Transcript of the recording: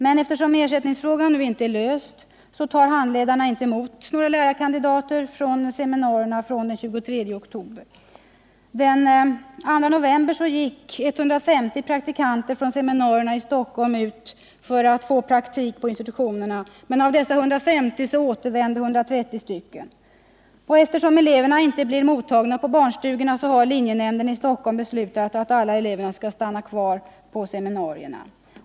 Men eftersom ersättningsfrågan nu inte är löst, tar handledarna inte emot några lärarkandidater från seminarierna fr.o.m. den 23 oktober. Den 2 november gick 150 praktikanter från seminarierna i Stockholm ut för att få praktik på institutionerna, men av dessa 150 återvände 130. Då eleverna inte blir mottagna på barnstugorna har Linjenämnden i Stockholm beslutat att alla elever skall stanna kvar på seminarierna.